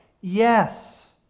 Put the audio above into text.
Yes